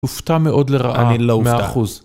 הופתע מאוד לרעה, אני לא 100%.